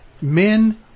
men